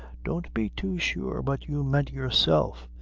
don't be too sure but you meant yourself.